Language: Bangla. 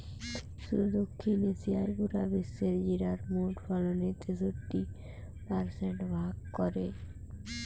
শুধু দক্ষিণ এশিয়াই পুরা বিশ্বের জিরার মোট ফলনের তেষট্টি পারসেন্ট ভাগ করে